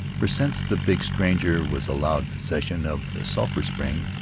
for, since the big stranger was allowed possession of the sulphur-spring,